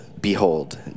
behold